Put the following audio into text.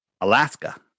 Alaska